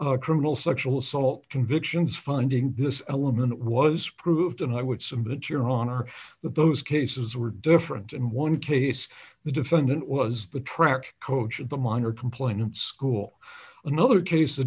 a criminal sexual assault convictions finding this element was proved and i would submit your honner that those cases were different in one case the defendant was the track coach and the minor complainant school another case the